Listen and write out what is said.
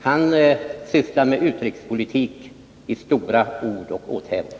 Han sysslar med utrikespolitik i stora ord och åthävor.